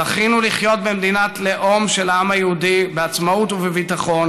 זכינו לחיות במדינת הלאום של העם היהודי בעצמאות וביטחון